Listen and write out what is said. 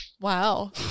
wow